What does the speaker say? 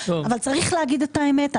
אבל צריך להגיד את האמת,